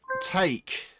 take